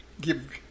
give